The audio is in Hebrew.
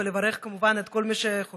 ולברך כמובן את כל מי שחוגג,